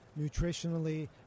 nutritionally